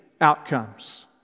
outcomes